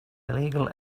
illegal